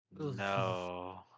no